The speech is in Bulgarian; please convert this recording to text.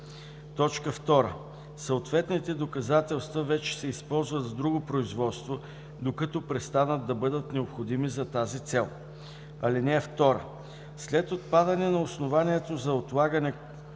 2. съответните доказателства вече се използват в друго производство, докато престанат да бъдат необходими за тази цел. (2) След отпадане на основанието за отлагане